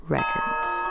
Records